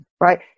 right